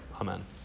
Amen